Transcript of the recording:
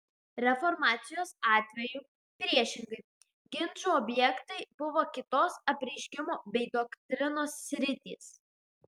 reformacijos atveju priešingai ginčų objektai buvo kitos apreiškimo bei doktrinos sritys